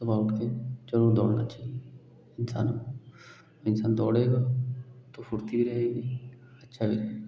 सुबह उठकर ज़रूर दौड़ना चाहिए इंसान को इंसान दौड़ेगा तो फ़ुर्ती रहेगी अच्छा भी रहेगा